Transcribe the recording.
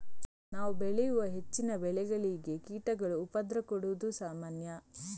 ನಾವು ಬೆಳೆಯುವ ಹೆಚ್ಚಿನ ಬೆಳೆಗಳಿಗೆ ಕೀಟಗಳು ಉಪದ್ರ ಕೊಡುದು ಸಾಮಾನ್ಯ